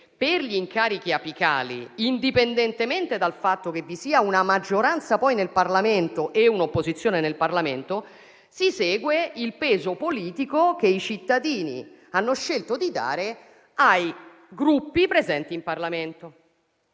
per gli incarichi apicali, indipendentemente dal fatto che vi siano una maggioranza e un'opposizione nel Parlamento, dice di seguire il peso politico che i cittadini hanno scelto di dare ai Gruppi presenti in Parlamento.